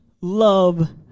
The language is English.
love